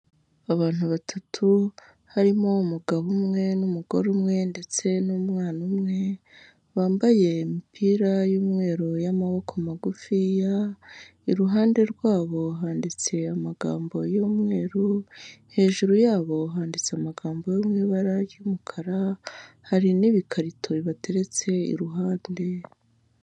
Abantu batatu harimo umugabo umwe n'umugore umwe ndetse n'umwana umwe bambaye imipira y'umweru y'amaboko magufiya, iruhande rwabo handitse amagambo y'umweru hejuru yabo handitse amagambo yo mu ibara ry'umukara, hari n'ibikarito bibateretse iruhande.